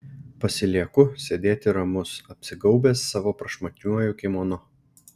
pasilieku sėdėti ramus apsigaubęs savo prašmatniuoju kimono